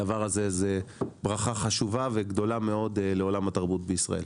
הדבר הזה הוא ברכה חשובה וגדולה מאוד לעולם התרבות בישראל.